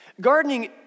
Gardening